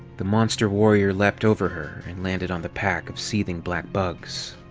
the monster warrior leapt over her and landed on the pack of seething black bugs.